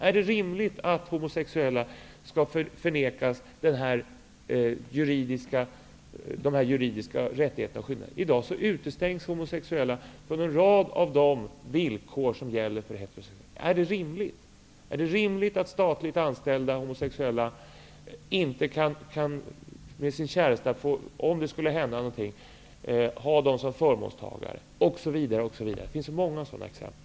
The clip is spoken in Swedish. Är det rimligt att homosexuella skall förnekas de juridiska rättigheterna och skyldigheterna? I dag utestängs de homosexuella från en rad av de villkor som gäller för heterosexuella. Är det rimligt att om något skulle hända en statligt anställd homosexuell person att han inte skulle få ha sin käresta som förmånstagare, osv.? Det finns många sådana exempel.